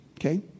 Okay